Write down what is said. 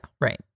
right